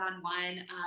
one-on-one